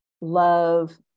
love